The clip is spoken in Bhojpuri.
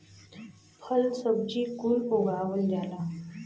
फल सब्जी कुल उगावल जाला